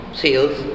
sales